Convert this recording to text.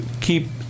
Keep